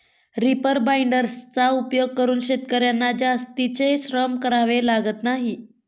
reaper बाइंडर्सचा उपयोग करून शेतकर्यांना जास्तीचे श्रम करावे लागत नाही